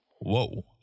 Whoa